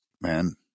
man